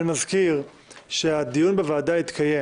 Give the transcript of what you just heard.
אני מזכיר שהדיון בוועדה התקיים.